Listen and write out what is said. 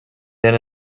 than